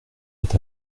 est